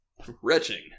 Wretching